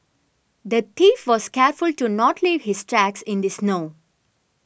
the thief was careful to not leave his tracks in the snow